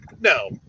No